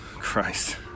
Christ